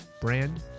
brand